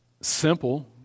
simple